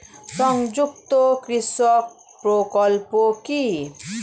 সংযুক্ত কৃষক প্রকল্প কি?